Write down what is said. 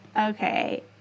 Okay